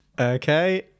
okay